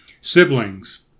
siblings